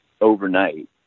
overnight